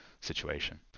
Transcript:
situation